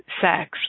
sex